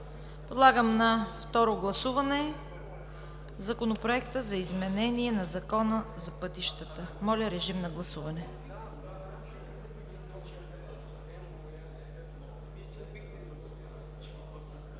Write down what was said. Подлагам на второ гласуване Законопроекта за изменение на Закона за пътищата. Гласували